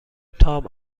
تام